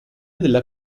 della